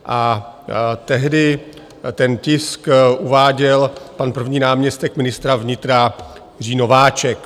A tehdy ten tisk uváděl pan první náměstek ministra vnitra Jiří Nováček.